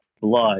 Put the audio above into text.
blood